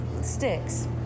sticks